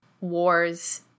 War's